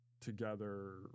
together